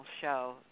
show